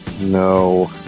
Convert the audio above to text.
No